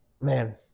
man